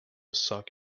suck